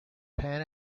pan